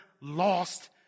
lost